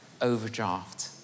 overdraft